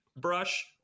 brush